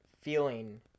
feeling